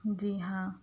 جی ہاں